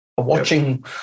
Watching